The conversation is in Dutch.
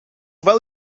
wel